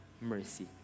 mercy